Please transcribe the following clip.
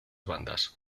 bandas